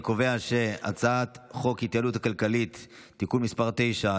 אני קובע שהצעת חוק ההתייעלות הכלכלית (תיקון מס' 9),